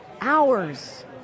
hours